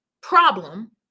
problem